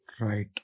Right